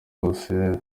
kose